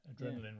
adrenaline